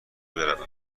بروم